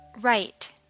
Right